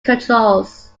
controls